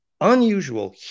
unusual